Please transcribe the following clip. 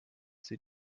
sie